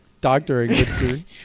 doctoring